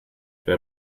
wer